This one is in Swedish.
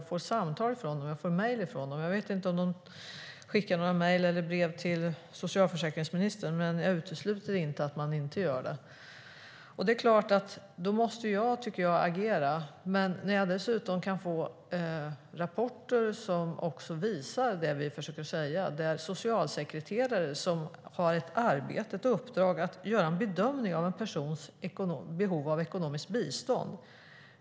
Jag får samtal från dem och mejl från dem. Jag vet inte om de skickar några mejl eller brev till socialförsäkringsministern; jag utesluter inte att de inte gör det. Då är det klart att jag tycker att jag måste agera. Jag får dessutom rapporter som visar det vi försöker säga. Socialsekreterare har ett arbete, ett uppdrag, att göra en bedömning av en persons behov av ekonomiskt bistånd.